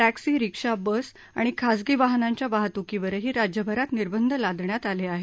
taxi rickshaw bus आणि खासगी वाहनांच्या वाहत्कीवरही राज्यभरात निर्बंध लादण्यात आले आहेत